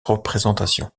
représentation